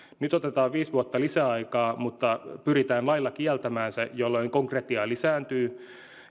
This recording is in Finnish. nyt otetaan viisi vuotta lisäaikaa mutta pyritään lailla kieltämään se jolloin konkretia lisääntyy